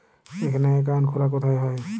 এখানে অ্যাকাউন্ট খোলা কোথায় হয়?